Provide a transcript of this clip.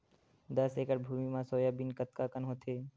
दस एकड़ भुमि म सोयाबीन कतका कन होथे?